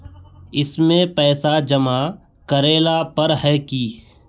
इसमें पैसा जमा करेला पर है की?